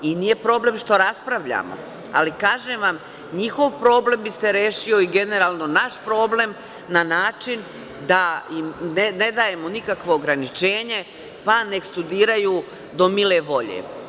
I nije problem što raspravljamo, ali, kažem vam, njihov problem bi se rešio, i generalno naš problem, na način da im ne dajemo nikakvo ograničenje, pa neka studiraju do mile volje.